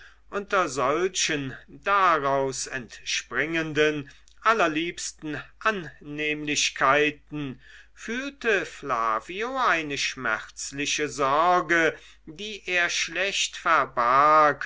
unter solchen daraus entspringenden allerliebsten annehmlichkeiten fühlte flavio eine schmerzliche sorge die er schlecht verbarg